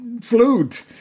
flute